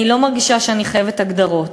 אני לא מרגישה שאני חייבת הגדרות,